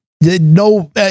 No